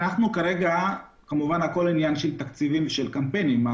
כמובן עניין של תקציבים וקמפיינים.